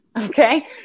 Okay